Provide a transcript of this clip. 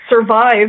survive